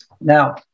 Now